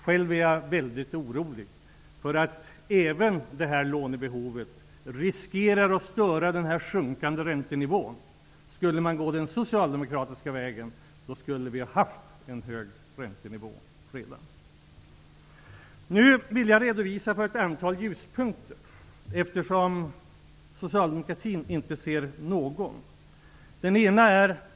Själv är jag väldigt orolig, eftersom även detta lånebehov riskerar att störa den sjunkande räntenivån. Om man skulle gå den socialdemokratiska vägen skulle vi redan haft en hög räntenivå. Jag vill nu redovisa ett antal ljuspunkter, eftersom socialdemokratin inte ser någon.